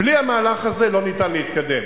בלי המהלך הזה אי-אפשר להתקדם.